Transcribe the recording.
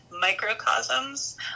microcosms